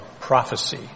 prophecy